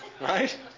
Right